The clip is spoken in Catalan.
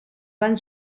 van